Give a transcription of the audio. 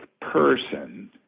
person